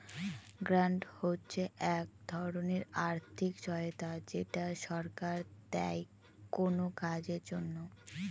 grant হচ্ছে এক ধরনের আর্থিক সহায়তা যেটা সরকার দেয় কোনো কাজের জন্য